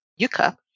Yuka